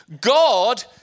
God